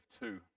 two